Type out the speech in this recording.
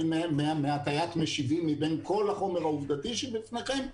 מהטיית משיבים מבין כל החומר העובדתי שבפניכם,